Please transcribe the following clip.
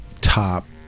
top